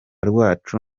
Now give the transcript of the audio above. rwacu